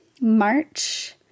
March